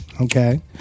Okay